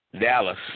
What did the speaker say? Dallas